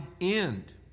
end